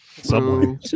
Subway